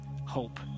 hope